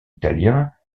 italien